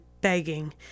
begging